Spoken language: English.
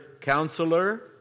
counselor